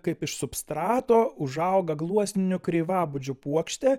kaip iš substrato užauga gluosninių kreivabudžių puokštė